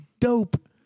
dope